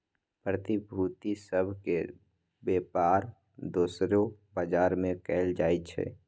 प्रतिभूति सभ के बेपार दोसरो बजार में कएल जाइ छइ